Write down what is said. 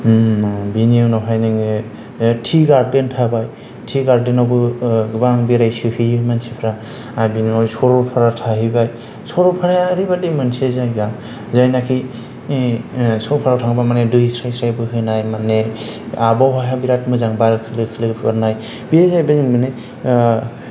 बेनि उनावहाय नोङो टि गार्डेन थाबाय टि गार्डेनआवबो गोबां बेरायसोहोयो मानसिफोरा आरो बेनि उनाव सरलपारा थाहैबाय सरलपाराया ओरैबायदि मोनसे जायगा जायनाखि सरलपारायाव थाङोबा माने दै स्राय स्राय बोहैनाय माने आबाहावाया बिराद मोजां बार खोलो खोलो बारनाय बे जाहैबाय माने